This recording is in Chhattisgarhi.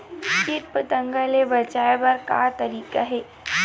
कीट पंतगा ले बचाय बर का तरीका हे?